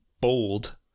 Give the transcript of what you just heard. bold